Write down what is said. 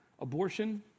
abortion